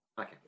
okay